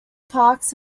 parks